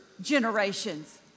generations